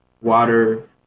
Water